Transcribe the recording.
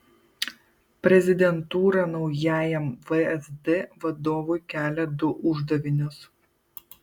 prezidentūra naujajam vsd vadovui kelia du uždavinius